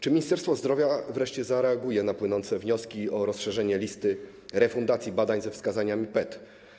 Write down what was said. Czy Ministerstwo Zdrowia wreszcie zareaguje na płynące wnioski o rozszerzenie listy refundacji badań ze wskazaniami PET?